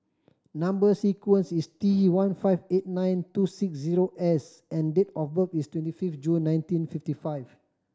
number sequence is T one five eight nine two six zero S and date of birth is twenty fifth June nineteen fifty five